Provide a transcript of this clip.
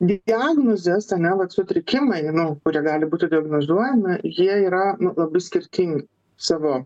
diagnozės ane vat sutrikimai nu kurie gali būti diagnozuojami jie yra labai skirtingi savo